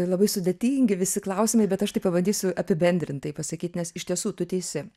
labai sudėtingi visi klausimai bet aš taip pabandysiu apibendrintai pasakyt nes iš tiesų tu teisi